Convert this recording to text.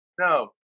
no